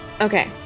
Okay